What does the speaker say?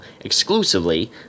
exclusively